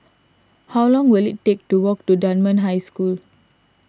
how long will it take to walk to Dunman High School